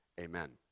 Amen